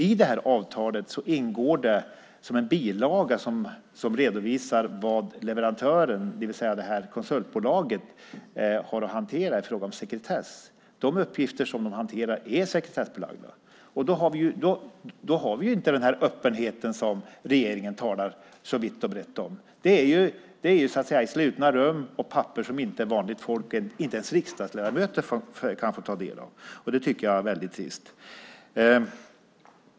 I det här avtalet ingår en bilaga där det redovisas vad leverantören, det vill säga konsultbolaget, har att hantera i fråga om sekretess. De uppgifter som de hanterar är sekretessbelagda. Då har vi inte den öppenhet som regeringen talar så vitt och brett om. Det sker så att säga i slutna rum och i papper som vanligt folk, inte ens riksdagsledamöter, kan få del av. Det tycker jag är väldigt trist.